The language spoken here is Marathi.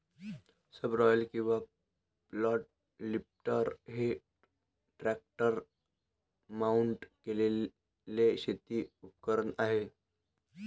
सबसॉयलर किंवा फ्लॅट लिफ्टर हे ट्रॅक्टर माउंट केलेले शेती उपकरण आहे